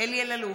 אלי אלאלוף,